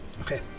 okay